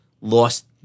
lost